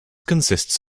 consists